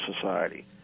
society